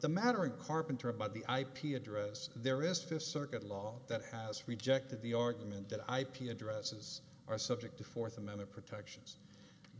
the mattering carpenter by the ip address there is this circuit law that has rejected the argument that ip addresses are subject to fourth amendment protections